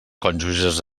cònjuges